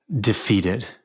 defeated